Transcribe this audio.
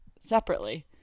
separately